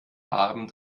abend